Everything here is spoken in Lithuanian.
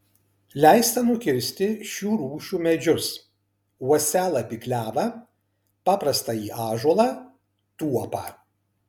leista nukirsti šių rūšių medžius uosialapį klevą paprastąjį ąžuolą tuopą